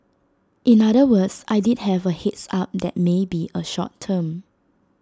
in other words I did have A heads up that may be A short term